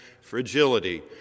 fragility